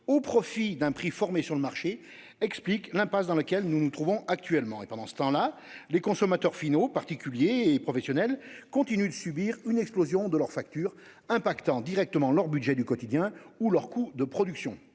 au profit d'un prix formé sur le marché expliquent l'impasse dans laquelle nous nous trouvons actuellement. Pendant ce temps-là, les consommateurs finaux, particuliers et professionnels, continuent de subir l'explosion de leurs factures, qui se répercute directement sur leur budget du quotidien et sur leurs coûts de production.